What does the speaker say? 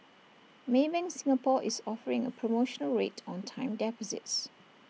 maybank Singapore is offering A promotional rate on time deposits